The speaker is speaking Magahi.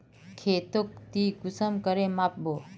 खेतोक ती कुंसम करे माप बो?